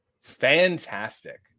fantastic